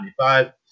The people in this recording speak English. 1995